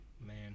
man